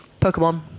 Pokemon